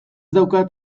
daukat